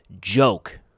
joke